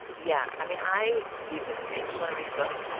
yeah. i mean, i. steve, does it make you want to read the book?